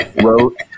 wrote